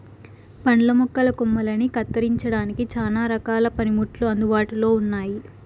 పండ్ల మొక్కల కొమ్మలని కత్తిరించడానికి చానా రకాల పనిముట్లు అందుబాటులో ఉన్నయి